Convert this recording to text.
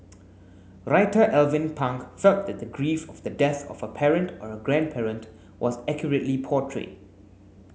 writer Alvin Pang felt that the grief of the death of a parent or a grandparent was accurately portrayed